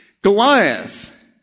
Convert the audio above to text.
Goliath